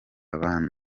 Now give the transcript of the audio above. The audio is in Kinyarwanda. abandi